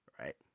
Right